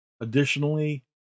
Additionally